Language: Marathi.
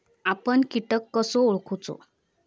आपन कीटक कसो ओळखूचो?